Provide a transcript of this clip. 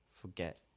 forget